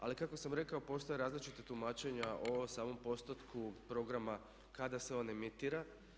Ali kako sam rekao postoje različita tumačenja o samom postotku programa kada se on emitira.